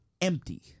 empty